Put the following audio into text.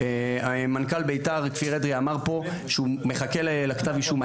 מנכ"ל בית"ר כפיר אדרי אמר פה שהוא מחכה לכתב אישום.